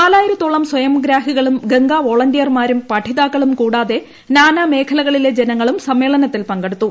നാലായിരത്തോളം സ്വയംഗ്രാഹികളും ഗംഗാവോളന്റിയർമാരും പഠിതാക്കളും കൂടാതെ നാനാ മേഖലകളിലെ ജനങ്ങളും സമ്മേളനത്തിൽ പങ്കെടുത്തു